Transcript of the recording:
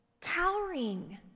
Cowering